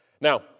Now